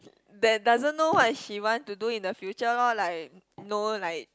that doesn't know what she want to do in the future lor like know like